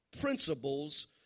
principles